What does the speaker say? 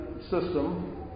system